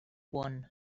one